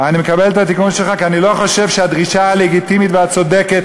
כי אני לא חושב שהדרישה הלגיטימית והצודקת